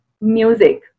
music